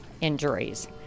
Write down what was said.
injuries